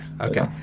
Okay